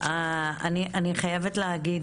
אני חייבת להגיד,